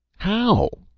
how?